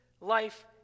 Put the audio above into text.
life